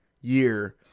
year